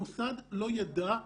המוסד לא ידע.